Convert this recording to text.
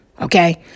Okay